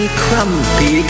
crumpy